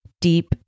deep